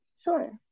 Sure